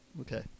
Okay